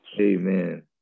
Amen